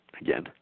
again